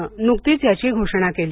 ने नुकतीच याची घोषणा केली